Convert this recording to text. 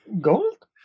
Gold